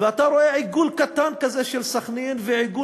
ואתה רואה עיגול קטן כזה של סח'נין ועיגול